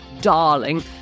darling